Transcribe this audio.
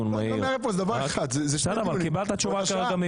לדיון מהיר --- אני לא מערב שני דברים,